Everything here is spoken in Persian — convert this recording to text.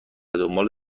دنبال